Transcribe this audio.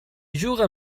juga